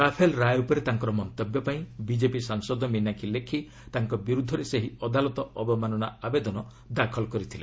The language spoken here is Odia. ରାଫେଲ୍ ରାୟ ଉପରେ ତାଙ୍କର ମନ୍ତ୍ୟବ ପାଇଁ ବିଜେପି ସାଂସଦ ମିନାକ୍ଷୀ ଲେଖି ତାଙ୍କ ବିରୁଦ୍ଧରେ ସେହି ଅଦାଲତ ଅବମାନନା ଆବେଦନ ଦାଖଲ କରିଥିଲେ